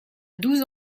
douze